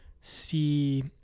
see